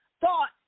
thought